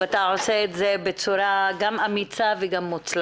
היא תשתף פעולה ותיזום איתך הובלת מהלכים עבור כל האוכלוסיות